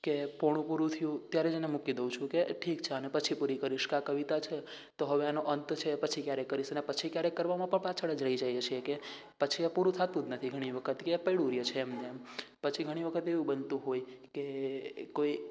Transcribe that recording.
કે પોણું પૂરું થયું ત્યારે જ એને મૂકી દઉં છું કે ઠીક છે આને પછી પૂરી કરીશ કે આ કવિતા છે તો હવે આનો અંત છે પછી ક્યારેક કરીશ અને પછી ક્યારેક કરવામાં પણ પાછળ જ રહી જઈએ છીએ કે પછી એ પૂરું થતું જ નથી ઘણીવખત કે પડ્યું રહે છે એમને એમ પછી ઘણી વખત એવું બનતું હોય કે કોઈ